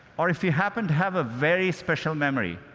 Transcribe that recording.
or, if you happen to have a very special memory,